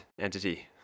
entity